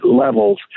levels